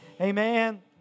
amen